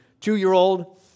two-year-old